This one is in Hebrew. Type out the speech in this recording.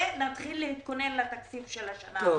ונתחיל להתכונן לתקציב של השנה הבאה.